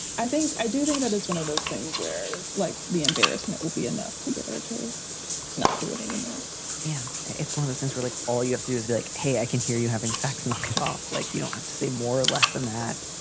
i think i do think that it's one of those things where, like, the embarrassment will be enough to get her to not do it anymore yeah it's one of those things where, like, all you have to do is be like, hey, i can hear you having sex, knock it off. like, you don't have to say more or less than that.